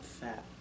fat